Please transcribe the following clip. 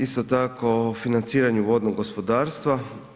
Isto tako financiranju vodnog gospodarstva.